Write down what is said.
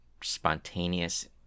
spontaneous